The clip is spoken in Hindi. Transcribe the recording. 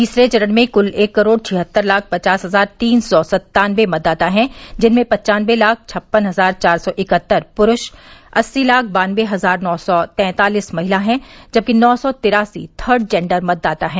तीसरे चरण में कुल एक करोड़ छिहत्तर लाख पचास हजार तीन सौ सन्तानवे मतदाता हैं जिनमें पन्चानवे लाख छप्पन हजार चार सौ इकहत्तर पुरूष अस्सी लाख बान्नवे हजार नौ सौ तैंतालिस महिला हैं जबकि नौ सौ तिरासी थर्ड जेण्डर मतदाता हैं